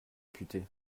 député